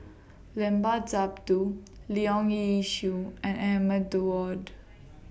Limat Sabtu Leong Yee Soo and Ahmad Daud